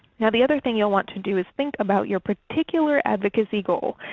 now the other thing you will want to do is think about your particular advocacy goal,